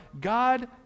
God